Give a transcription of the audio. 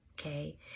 okay